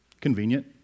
Convenient